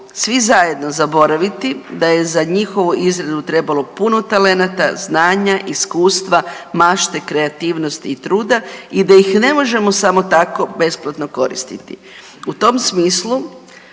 svi zajedno zaboraviti da je za njihovu izradu trebalo puno talenata, znanja, iskustva, mašte, kreativnosti i truda i da ih ne možemo samo tako besplatno koristiti. U tom smislu,